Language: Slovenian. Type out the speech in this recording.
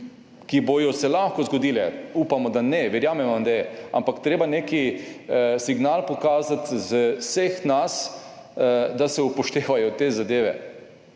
ki bodo se lahko zgodile, upamo, da ne, verjamemo …/ nerazumljivo/, ampak treba neki signal pokazati vseh nas, da se upoštevajo te zadeve.